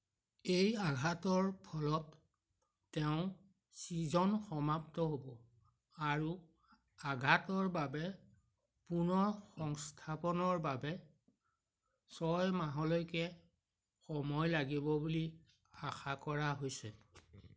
এই আঘাতৰ ফলত তেওঁৰ ছিজন সমাপ্ত হ'ব আৰু আঘাতৰ বাবে পুনৰ সংস্থাপনৰ বাবে ছয় মাহলৈকে সময় লাগিব বুলি আশা কৰা হৈছে